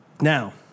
now